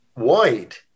white